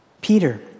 Peter